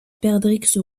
perdrix